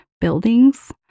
buildings